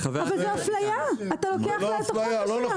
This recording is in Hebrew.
זאת אפליה, אתה לוקח לה את החופש שלה.